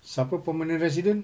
siapa permanent resident